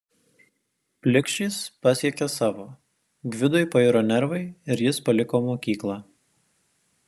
plikšis pasiekė savo gvidui pairo nervai ir jis paliko mokyklą